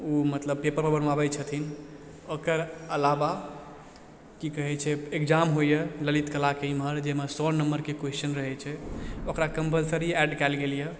ओ मतलब पेपरमऽ बनबाबैत छथिन ओकर अलावा कि कहे छै एक्जाम होइए ललित कलाकऽ एम्हर जाहिमे सए नम्बरकऽ क्वेस्चन रहैत छै ओकरा कम्पलसरी एड कयल गेलय हँ